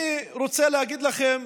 אני רוצה להגיד לכם